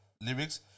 lyrics